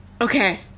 Okay